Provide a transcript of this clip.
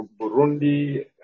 Burundi